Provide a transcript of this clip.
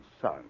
son